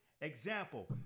example